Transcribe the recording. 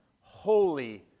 holy